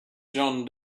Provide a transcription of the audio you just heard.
john